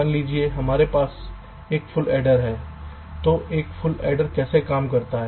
मान लीजिए कि हमारे पास एक फुल एडर है तो एक फुल एडर कैसे काम करता है